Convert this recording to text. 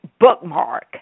bookmark